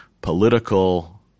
political